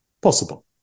possible